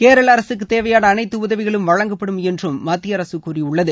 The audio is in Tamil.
கேரள அரசுக்கு தேவையான அனைத்து உதவிகளும் வழங்கப்படும் என்றும் மத்திய அரசு கூறியுள்ளது